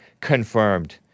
confirmed